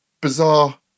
bizarre